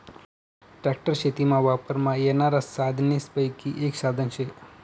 tractor शेतीमा वापरमा येनारा साधनेसपैकी एक साधन शे